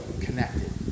connected